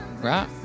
right